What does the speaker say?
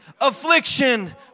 affliction